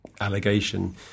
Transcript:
allegation